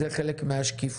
זה חלק מהשקיפות.